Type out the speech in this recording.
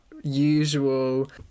usual